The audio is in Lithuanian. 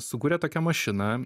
sukūrė tokią mašiną